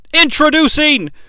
introducing